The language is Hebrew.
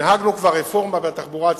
הנהגנו כבר רפורמה בתחבורה הציבורית,